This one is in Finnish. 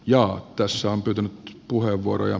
ja tässä on pyytänyt puheenvuoroja